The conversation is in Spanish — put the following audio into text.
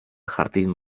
jardín